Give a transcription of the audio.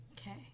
Okay